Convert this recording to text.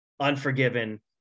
Unforgiven